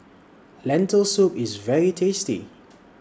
Lentil Soup IS very tasty